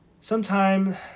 Sometime